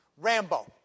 Rambo